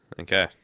okay